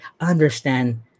understand